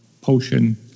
potion